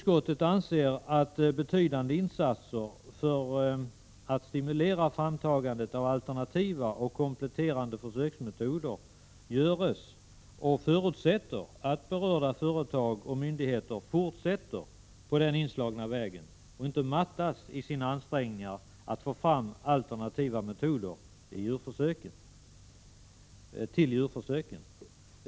Utskottet anser att betydande insatser för att stimulera framtagandet av alternativa och kompletterande försöksmetoder görs och förutsätter att berörda företag och myndigheter fortsätter på den inslagna vägen och inte mattas i sina ansträngningar att få fram alternativa metoder till djurförsöken.